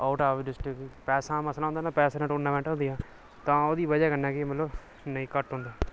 out of district ते पैसे कन्नै होंदियां न तां ओह्दी वजह् कन्नै मतलव नेई घट्ट होंदा